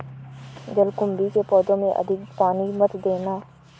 जलकुंभी के पौधों में अधिक पानी मत देना